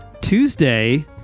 Tuesday